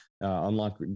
unlock